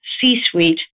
C-suite